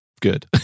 good